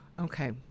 Okay